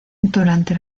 durante